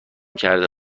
کرده